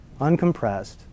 uncompressed